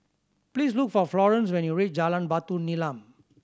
please look for Florence when you reach Jalan Batu Nilam